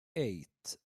eight